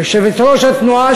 יושבת-ראש התנועה,